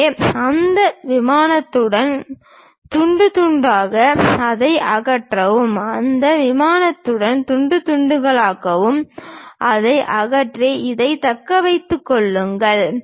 எனவே அந்த விமானத்துடன் துண்டு துண்டாக அதை அகற்றவும் அந்த விமானத்துடன் துண்டுகளாக்கவும் அதை அகற்றி இதைத் தக்க வைத்துக் கொள்ளுங்கள்